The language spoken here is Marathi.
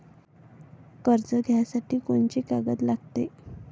कर्ज घ्यासाठी कोनची कागद लागते?